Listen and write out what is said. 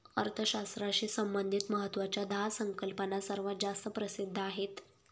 अर्थशास्त्राशी संबंधित महत्वाच्या दहा संकल्पना सर्वात जास्त प्रसिद्ध आहेत